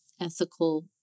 ethical